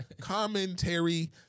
commentary